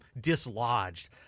dislodged